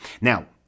Now